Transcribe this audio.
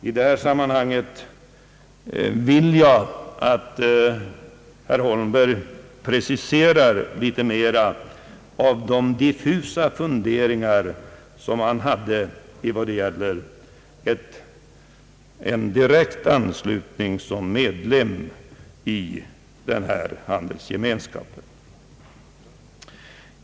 I detta sammanhang vill jag att herr Holmberg preciserar de diffusa funderingar som han hade i fråga om en direkt anslutning som medlem i handelsgemenskapen.